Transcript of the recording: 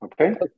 Okay